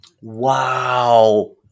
Wow